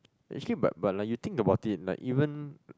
actually but but lah you think about it like even